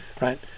right